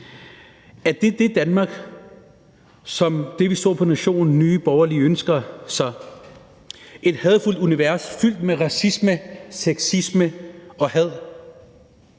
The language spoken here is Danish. Er det det Danmark, som vi så på Nationen, som Nye Borgerlige ønsker sig – et hadefuldt univers fyldt med racisme, sexisme og had?